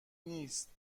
نیست